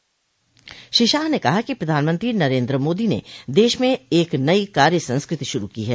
श्री शाह ने कहा कि प्रधानमंत्री नरेन्द्र मोदी ने देश में एक नई कार्य संस्कृति शुरू की है